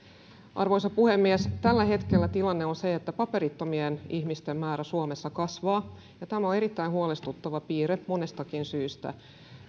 arvoisa puhemies tällä hetkellä tilanne on se että paperittomien ihmisten määrä suomessa kasvaa ja tämä on erittäin huolestuttava piirre monestakin syystä